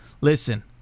Listen